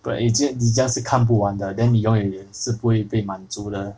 but it just 你 just 是看不完的 then 你永远是不会被满足的